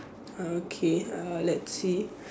okay uh let's see